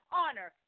honor